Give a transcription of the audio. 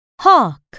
HAWK